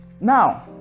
Now